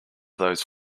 those